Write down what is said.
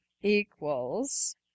equals